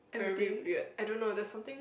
very weird I don't know there's something